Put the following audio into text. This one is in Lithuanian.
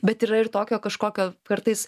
bet yra ir tokio kažkokio kartais